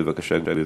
בבקשה, גברתי.